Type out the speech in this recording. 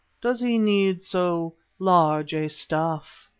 does he need so large a staff?